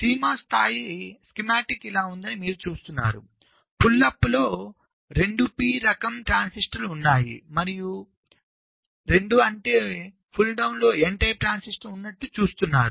CMOS స్థాయి schematic ఇలా ఉందని మీరు చూస్తున్నారు పుల్ అప్లో 2 p రకం ట్రాన్సిస్టర్లు ఉన్నాయి మరియు 2 l అంటే పుల్ డౌన్లో n టైప్ ట్రాన్సిస్టర్ ఉన్నట్లు చూస్తున్నారు